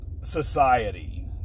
society